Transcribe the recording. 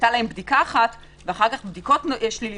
מרכזי הקניות הפתוחים ישובו בשלישי